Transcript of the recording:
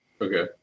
Okay